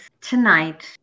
tonight